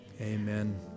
amen